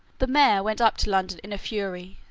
the mayor went up to london in a fury,